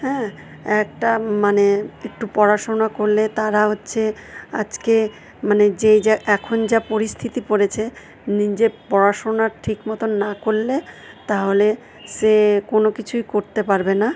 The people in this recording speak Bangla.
হ্যাঁ একটা মানে একটু পড়াশুনা করলে তারা হচ্ছে আজকে মানে যেই যা এখন যা পরিস্থিতি পড়েছে নিজে পড়াশুনা ঠিক মতন না করলে তাহলে সে কোনো কিছুই করতে পারবে না